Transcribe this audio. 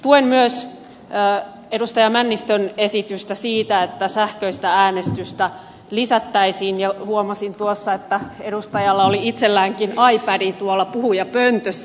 tuen myös edustaja männistön esitystä siitä että sähköistä äänestystä lisättäisiin ja huomasin tuossa että edustajalla oli itselläänkin ipad tuolla puhujapöntössä